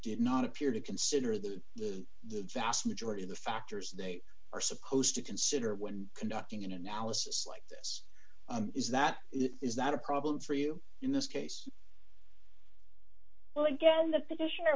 did not appear to consider that the vast majority of the factors they are supposed to consider when conducting an analysis like this is that it is not a problem for you in this case well again the